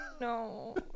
no